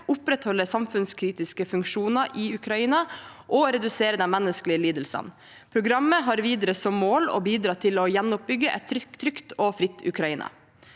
opprettholde samfunnskritiske funksjoner i Ukraina og redusere de menneskelige lidelsene. Programmet har videre som mål å bidra til å gjenoppbygge et trygt og fritt Ukraina.»